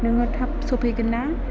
नोङो थाब सफैगोन ना